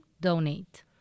Donate